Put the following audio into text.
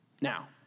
Now